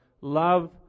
Love